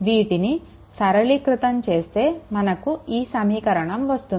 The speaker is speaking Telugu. వీటిని సరళీకృతం చేస్తే మనకు ఈ సమీకరణం వస్తుంది